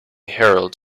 herald